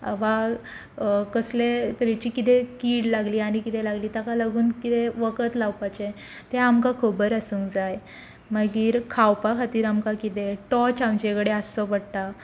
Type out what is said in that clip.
वा कसले तरेची कितें कीड लागली आनी कितें लागली ताका लागून कितें वखद लावपाचें तें आमकां खबर आसूंक जाय मागीर खावपा खातीर आमकां कितें टॉर्च आमचे कडेन आसचो पडटा